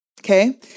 Okay